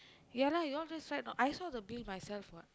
ya lah you all just write I saw the bill myself what